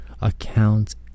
accounts